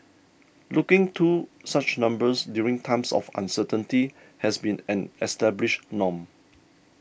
looking to such numbers during times of uncertainty has been an established norm